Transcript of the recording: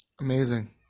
Amazing